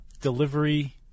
delivery